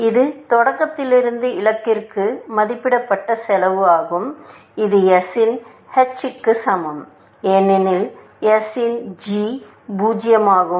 இது தொடக்கத்திலிருந்து இலக்கிற்கு மதிப்பிடப்பட்ட செலவு ஆகும் இது s இன் h க்கு சமம் ஏனெனில் s இன் g 0 ஆகும்